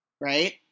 Right